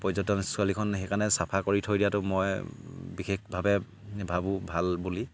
পৰ্যটনস্থলীখন সেইকাৰণে চাফা কৰি থৈ দিয়াটো মই বিশেষভাৱে ভাবোঁ ভাল বুলি